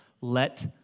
let